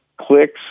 clicks